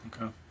Okay